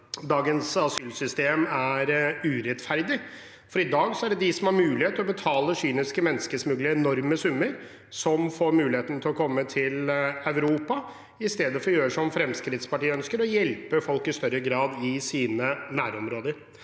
dagens asylsystem er urettferdig, for i dag er det de som har mulighet til å betale kyniske menneskesmuglere enorme summer, som får muligheten til å komme til Europa – i stedet for å gjøre som Fremskrittspartiet ønsker, i større grad å hjelpe folk i sine nærområder.